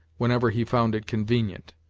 whenever he found it convenient.